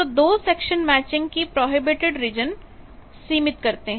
तो 2 section matching को prohibited region सीमित करते हैं